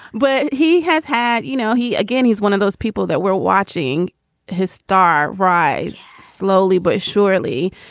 but he has had you know, he again, he's one of those people that were watching his star rise slowly but surely.